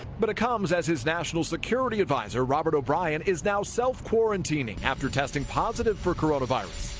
but it comes as his national security adviser robert o'brian is now self-quarantining after testing positive for coronavirus.